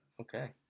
okay